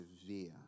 severe